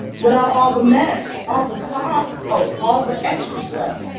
without all the mess. all the cloud. all all the extra stuff.